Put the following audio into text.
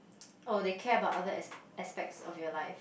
oh they care about others aspects of your life